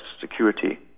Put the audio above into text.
Security